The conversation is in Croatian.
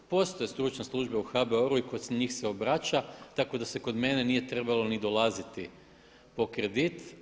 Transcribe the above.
Postoje stručne službe u HBOR-u i kod njih se obraća, tako da se kod mene nije trebalo ni dolaziti po kredit.